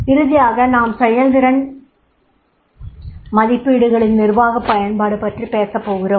இறுதியாக நாம் செயல்திறன் மதிப்பீடுகளின் நிர்வாகப் பயன்பாடு பற்றிப் பேசப்போகிறோம்